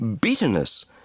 bitterness